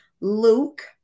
Luke